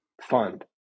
fund